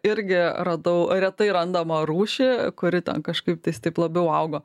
irgi radau retai randamą rūšį kuri kažkaip tais taip labiau augo